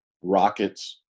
rockets